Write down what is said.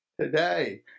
today